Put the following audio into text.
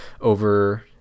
over